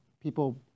people